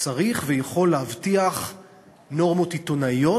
צריך ויכול להבטיח נורמות עיתונאיות,